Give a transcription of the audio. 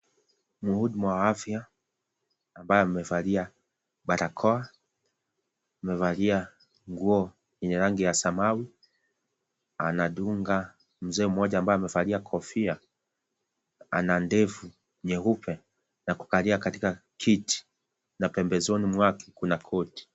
Mhudumu wa afya ambaye amevalia barakoa, amevalia nguo yenye rangi ya samawi, anadunga mzee mmoja ambaye amevalia kofia ana ndevu nyeupe na kukalia kiti na pembezoni mwake kuna koti.